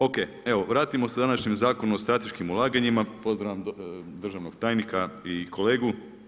OK, evo vratimo se današnjem Zakonu o strateškim ulaganjima, pozdravljam državnog tajnika i kolegu.